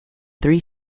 three